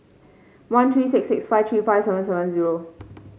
one three six six five three five seven seven zero